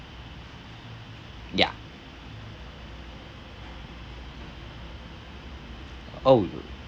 ya oh